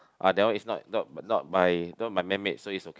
ah that one is not not not by not by man made so it's okay